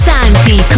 Santi